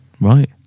Right